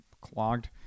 clogged